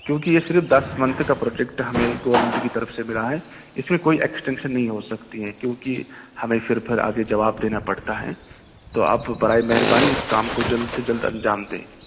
کیونکہ یہ صرف دس منتھ کا پروجکٹ ہمیں گورمنٹ کی طرف سے ملا ہے اس میں کوئی ایکسٹینشن نہیں ہو سکتی ہے کیونکہ ہمیں پھر پھر آگے جواب دینا پڑتا ہے تو آپ برائے مہربانی اس کام کو جلد سے جلد انجام دیں